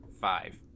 Five